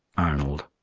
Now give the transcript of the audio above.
arnold,